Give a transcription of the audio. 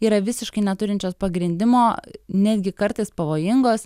yra visiškai neturinčios pagrindimo netgi kartais pavojingos